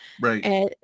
Right